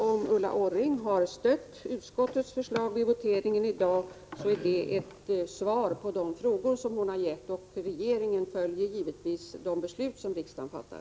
Om Ulla Orring har stött utskottets förslag vid voteringen i dag, är det ett svar på de frågor som hon har ställt. Regeringen följer givetvis de beslut som riksdagen fattar.